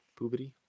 poobity